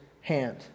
hand